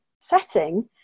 setting